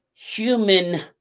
human